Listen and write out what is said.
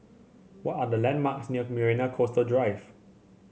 what are the landmarks near Marina Coastal Drive